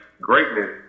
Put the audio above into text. greatness